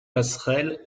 passerelle